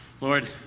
lord